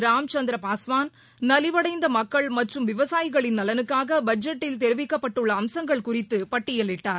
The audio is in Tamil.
ராம்சந்திரபாஸ்வான் நலிவடைந்தமக்கள் மற்றும் விவசாயிகளின் நலனுக்காகபட்ஜெட்டில் தெரிவிக்கப்பட்டுள்ளஅம்சங்கள் குறித்தபட்டியலிட்டார்